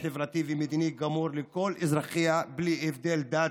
חברתי ומדיני גמור לכל אזרחיה בלי הבדלי דת,